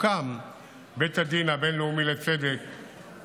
בית הדין הבין-לאומי לצדק,